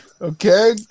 okay